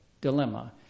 dilemma